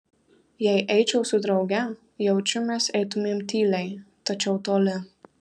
jei eičiau su drauge jaučiu mes eitumėm tyliai tačiau toli